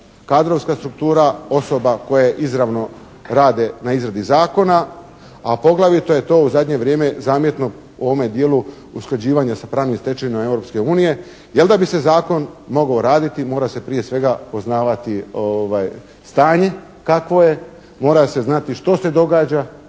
kadrovska struktura osoba koje izravno rade na izradi zakona, a poglavito je to u zadnje vrijeme zametno u ovome dijelu usklađivanja sa pravnim stečevinama Europske unije, jer da bi se zakon mogao raditi mora se prije svega poznavati stanje kakvo je, mora se znati što se događa